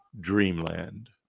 dreamland